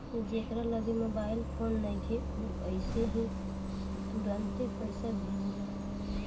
जेकरा लगे mobile phone नइखे उ अइसे ही तुरंते पईसा भेजेला